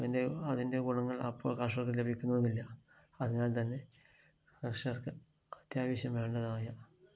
അതിൻ്റെ അതിൻ്റെ ഗുണങ്ങൾ അപ്പോൾ കർഷകർക്ക് ലഭിക്കുന്നതുമില്ല അതിനാൽ തന്നെ കർഷകർക്ക് അത്യാവശ്യം വേണ്ടതായ